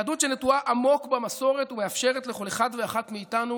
יהדות שנטועה עמוק במסורת ומאפשרת לכל אחד ואחת מאיתנו